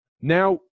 Now